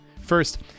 First